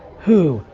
who?